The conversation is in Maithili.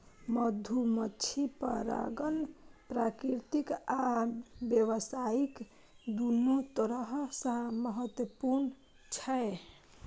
मधुमाछी परागण प्राकृतिक आ व्यावसायिक, दुनू तरह सं महत्वपूर्ण छै